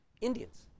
Indians